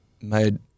Made